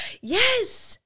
Yes